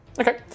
Okay